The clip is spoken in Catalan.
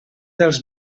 dels